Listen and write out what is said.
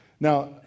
Now